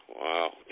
Wow